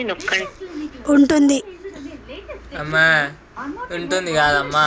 Hybrid రకాల విత్తనాలు తక్కువ ధర ఉంటుందా?